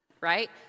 right